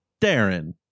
Darren